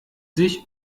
sich